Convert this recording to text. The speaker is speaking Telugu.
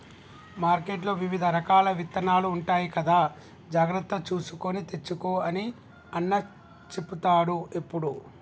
మార్కెట్లో వివిధ రకాల విత్తనాలు ఉంటాయి కదా జాగ్రత్తగా చూసుకొని తెచ్చుకో అని అన్న చెపుతాడు ఎప్పుడు